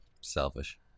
selfish